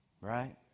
right